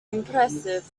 impressive